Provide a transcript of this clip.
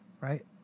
Right